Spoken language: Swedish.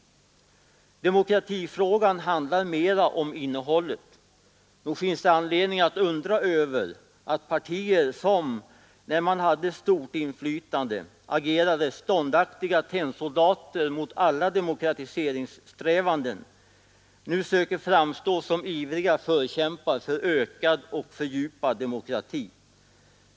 Demokratifrågan handlar mera om innehållet. Nog finns det anledning att undra över att partier, som, när de hade stort inflytande, agerade ståndaktiga tennsoldater mot alla demokratiseringssträvanden, nu söker framstå som ivriga förkämpar för ökad och fördjupad demokrati.